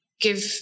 give